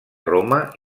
roma